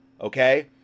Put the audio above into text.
okay